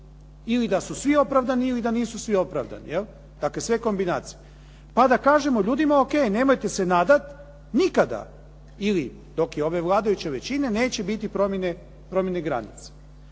Ili da su svi opravdani ili da nisu svi opravdani, dakle sve kombinacije. Pa da kažemo ljudima ok, nemojte se nadat nikada ili dok je ove vladajuće većine neće biti promjene granica.